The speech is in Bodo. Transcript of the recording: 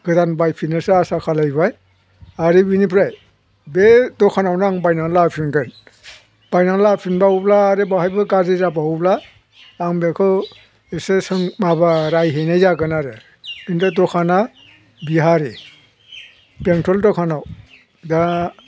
गोदान बायफिननोसो आसा खालायबाय आरो बिनिफ्राय बे दखानावनो आं बायनानै लाबो फिनगोन बायनानै लाबो फिनबावोब्ला आरो बेवहायबो गाज्रि जाबावोब्ला आं बेखौ एसे माबा रायहैनाय जागोन आरो बिनिफ्राय दखाना बिहारि बेंथल दखानाव दा